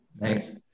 Thanks